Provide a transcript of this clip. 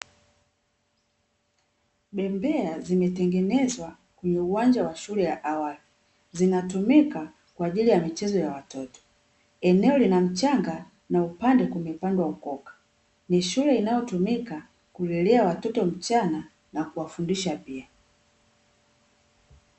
Bembea zimetengenezwa kwenye uwanja wa shule ya awali, zinatumika kwaajili ya michezo ya watoto. Eneo lina mchanga na upande kumepandwa ukoka, ni shule inayotumika kulelea watoto mchana na kuwafundisha pia.